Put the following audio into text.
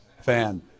fan